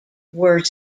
were